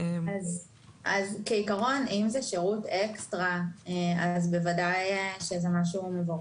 אם זה שירות אקסטרה שרשויות יכולות לספק זה בוודאי מבורך.